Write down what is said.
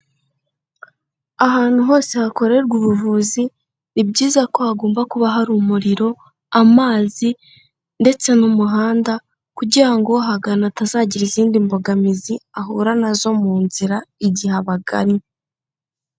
Ahantu hose hakorerwa ubuvuzi ni byiza ko hagomba kuba hari umuriro, amazi ndetse n'umuhanda kugira ngo uhagana atazagira izindi mbogamizi ahura na zo mu nzira igihe abagannye.